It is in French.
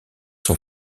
son